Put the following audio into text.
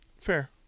Fair